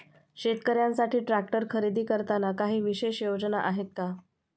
शेतकऱ्यांसाठी ट्रॅक्टर खरेदी करताना काही विशेष योजना आहेत का?